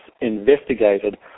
investigated